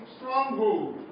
stronghold